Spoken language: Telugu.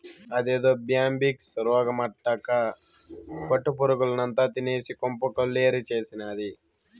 అదేదో బ్యాంబిక్స్ రోగమటక్కా పట్టు పురుగుల్నంతా తినేసి కొంప కొల్లేరు చేసినాది